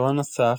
עקרון נוסף,